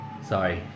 Sorry